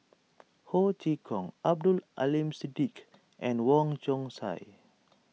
Ho Chee Kong Abdul Aleem Siddique and Wong Chong Sai